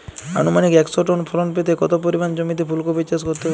আনুমানিক একশো টন ফলন পেতে কত পরিমাণ জমিতে ফুলকপির চাষ করতে হবে?